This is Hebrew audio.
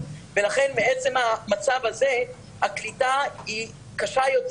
לכן מעצם המצב הזה הקליטה היא קשה יותר.